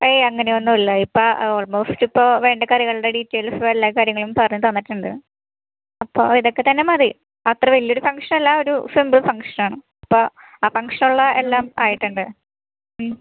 എയ് അങ്ങനൊന്നുമില്ല ഇപ്പം ആൾമോസ്റ്റിപ്പം വേണ്ട കറികളുടെ ഡീറ്റെയ്ൽസ്സുവെല്ലാം കാര്യങ്ങളും പറഞ്ഞ് തന്നിട്ടുണ്ട് അപ്പോൾ ഇതൊക്കെത്തന്നെ മതി അത്ര വലിയൊരു ഫങ്ക്ഷനല്ല ഒരു സിമ്പിൾ ഫങ്ങ്ഷനാണ് അപ്പം ആ ഫങ്ങ്ഷനുള്ള എല്ലാം ആയിട്ടുണ്ട്